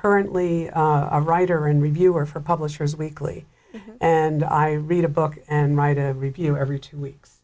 currently a writer and reviewer for publishers weekly and i read a book and write a review every two weeks